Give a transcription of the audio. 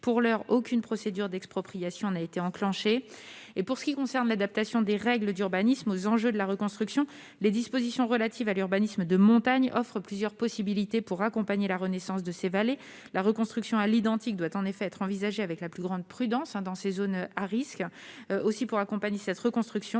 Pour l'heure, aucune procédure d'expropriation n'a été enclenchée. Pour ce qui concerne l'adaptation des règles d'urbanisme aux enjeux de la reconstruction, les dispositions relatives à l'urbanisme de montagne offrent plusieurs possibilités pour accompagner la renaissance de ces vallées. La reconstruction à l'identique doit être envisagée avec la plus grande prudence dans les zones à risque. Aussi, pour accompagner cette reconstruction,